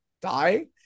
die